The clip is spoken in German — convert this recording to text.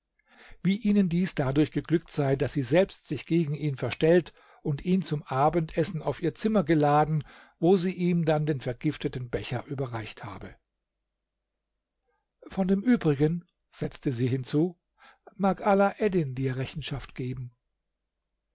wie ihnen dies dadurch geglückt sei daß sie selbst sich gegen ihn verstellt und ihn zum abendessen auf ihr zimmer geladen wo sie ihm dann den vergifteten becher überreicht habe von dem übrigen setzte sie hinzu mag alaeddin dir rechenschaft geben